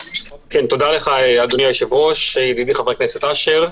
תודה לך, אדוני היושב-ראש, ידידי חבר הכנסת אשר,